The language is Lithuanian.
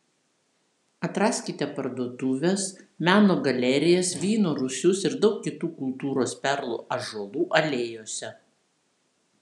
atraskite parduotuves meno galerijas vyno rūsius ir daug kitų kultūros perlų ąžuolų alėjose